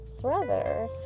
brother